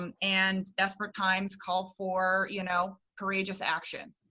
um and desperate times call for, you know, courageous action.